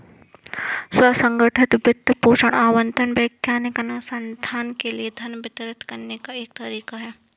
स्व संगठित वित्त पोषण आवंटन वैज्ञानिक अनुसंधान के लिए धन वितरित करने का एक तरीका हैं